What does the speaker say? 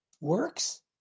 Works